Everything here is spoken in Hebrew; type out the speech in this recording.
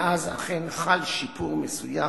מאז אכן חל שיפור מסוים